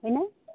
হয়নে